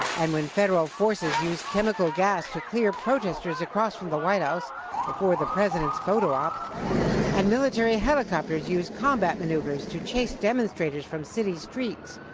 and when federal forces used chemical gas to clear protesters across from the white house before the president's photo op and military helicopters used combat maneuvers to chase demonstrators from city streets,